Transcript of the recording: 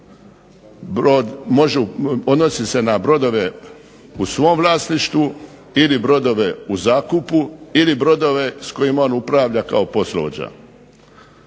odnosi se na brodove u svom vlasništvu ili brodove u zakupu ili brodove s kojima on upravlja kao poslovođa.